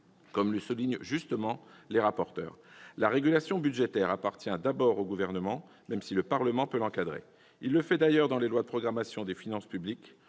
comme le soulignent justement les rapporteurs : la régulation budgétaire appartient d'abord au Gouvernement, même si le Parlement peut l'encadrer. Il le fait d'ailleurs dans les lois de programmation des finances publiques.